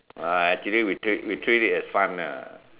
I actually we treat we treat it as fun lah